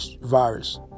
virus